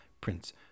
Prince